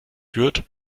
führt